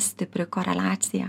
stipri koreliacija